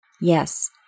Yes